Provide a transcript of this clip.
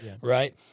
right